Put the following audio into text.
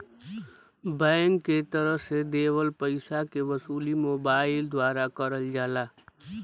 bank के तरफ से देवल पइसा के वसूली मोबाइल द्वारा करल जाला